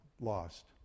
lost